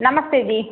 नमस्ते जि